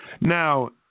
Now